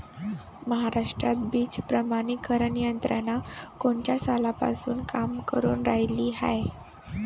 महाराष्ट्रात बीज प्रमानीकरण यंत्रना कोनच्या सालापासून काम करुन रायली हाये?